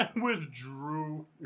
withdrew